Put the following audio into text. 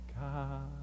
God